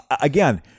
again